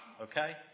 okay